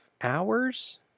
hours